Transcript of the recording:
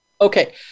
Okay